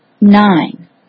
Nine